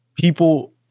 people